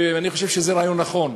אני חושב שזה רעיון נכון,